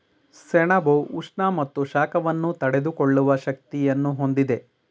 ಸೆಣಬು ಉಷ್ಣ ಮತ್ತು ಶಾಖವನ್ನು ತಡೆದುಕೊಳ್ಳುವ ಶಕ್ತಿಯನ್ನು ಹೊಂದಿದೆ